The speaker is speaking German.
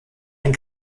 ein